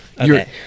Okay